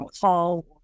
call